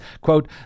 quote